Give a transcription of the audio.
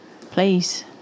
Please